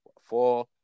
four